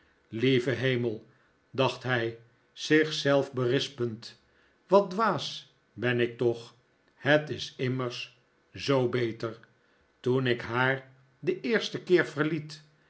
lieve hemel dacht hij zich zelf berispend wat dwaas ben ik toch het is immers zoo beter toen ik haar den eersten keer verliet